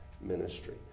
ministry